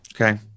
Okay